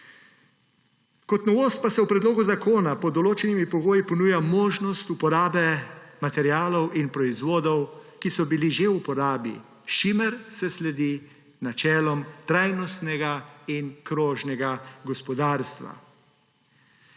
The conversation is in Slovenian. Kot novost se v predlogu zakona pod določenimi pogoji ponuja možnost uporabe materialov in proizvodov, ki so bili že v uporabi, s čimer se sledi načelom trajnostnega in krožnega gospodarstva.